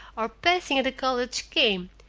or passing at a college game,